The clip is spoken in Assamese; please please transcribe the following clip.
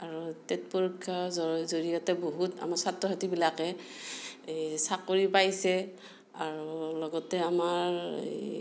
আৰু টেট পৰীক্ষা জৰিয়তে বহুত আমাৰ ছাত্ৰ ছাত্ৰীবিলাকে এই চাকৰি পাইছে আৰু লগতে আমাৰ এই